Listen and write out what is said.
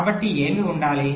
కాబట్టి ఏమి ఉండాలి